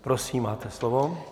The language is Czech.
Prosím, máte slovo.